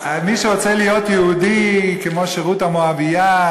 מי שרוצה להיות יהודי כמו רות המואבייה,